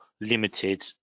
limited